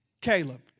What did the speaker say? Caleb